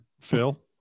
Phil